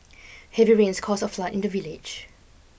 heavy rains caused a flood in the village